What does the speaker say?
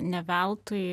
ne veltui